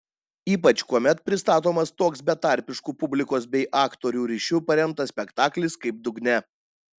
ypač kuomet pristatomas toks betarpišku publikos bei aktorių ryšiu paremtas spektaklis kaip dugne